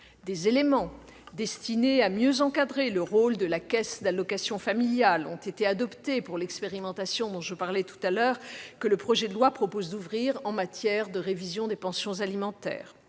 Des éléments destinés à mieux encadrer le rôle de la caisse d'allocations familiales ont été adoptés pour l'expérimentation, dont je parlais, que le projet de loi prévoit d'ouvrir en matière de révision des pensions alimentaires.